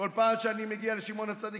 בכל פעם שאני מגיע לשמעון הצדיק,